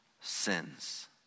sins